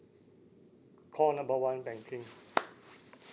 call number one banking